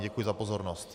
Děkuji za pozornost.